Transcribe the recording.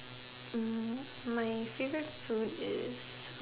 Hm my favourite food is